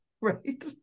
right